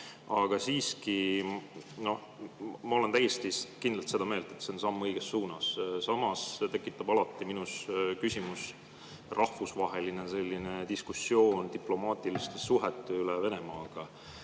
Aga siiski. Ma olen küll täiesti kindlalt seda meelt, et see on samm õiges suunas. Samas tekitab alati minus küsimuse rahvusvaheline diskussioon diplomaatiliste suhete üle Venemaaga,